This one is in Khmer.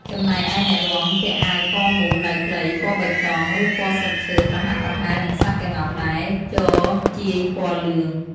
ចំណែកឯអ្នករាំ ពាក់អាវកមូល ដៃខ្លី ពណ៌បៃតង ឬពណ៌ស្លឹកឈើប្រហាក់ប្រហែលនឹងសត្វក្ងោកដែរ ជ័រជាយពណ៌លឿង ។